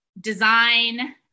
design